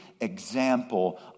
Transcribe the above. example